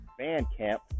Bandcamp